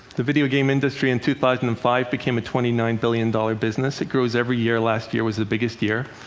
the video game industry in two thousand and five became a twenty nine billion dollar business. it grows every year. last year was the biggest year.